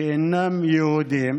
שאינם יהודים